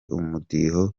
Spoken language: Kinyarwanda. umudiho